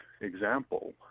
example